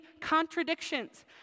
contradictions